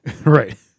Right